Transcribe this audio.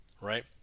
right